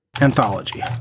Anthology